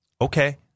Okay